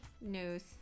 news